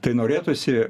tai norėtųsi